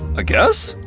ah guess.